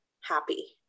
happy